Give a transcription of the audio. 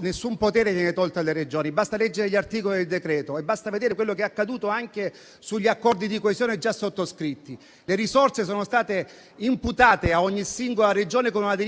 nessun potere viene tolto alle Regioni. Basta leggere gli articoli del decreto e vedere quello che è accaduto anche sugli accordi di coesione già sottoscritti. Le risorse sono state imputate a ogni singola Regione. Con una delibera